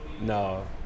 No